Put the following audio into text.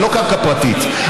זו לא קרקע פרטית,